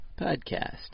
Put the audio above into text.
podcast